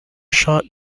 shot